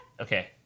Okay